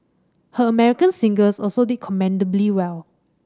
her American singles also did commendably well